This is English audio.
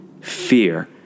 fear